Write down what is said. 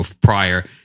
prior